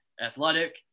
athletic